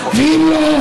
ואם לא,